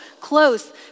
close